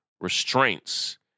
restraints